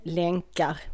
länkar